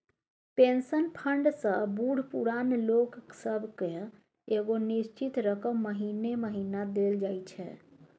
pension fund सँ बूढ़ पुरान लोक सब केँ एगो निश्चित रकम महीने महीना देल जाइ छै